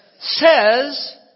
says